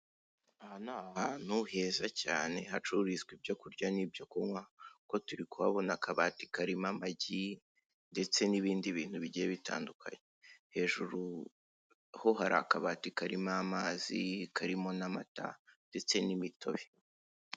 Aha ni ahantu heza cyane hacururizwa ibyo kurya n'ibyo kunywa, kuko turi kuhabona akabati karimo amagi ndetse n'ibindi bintu bigiye bitandukanye, hejuru ho hari akabati karimo amazi, karimo n'amata ndetse n'imitobe.